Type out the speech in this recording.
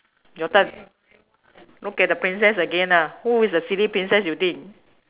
your turn okay the princess again ah who is the silly princess you think